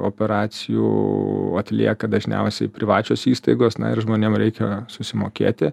operacijų atlieka dažniausiai privačios įstaigos na ir žmonėm reikia susimokėti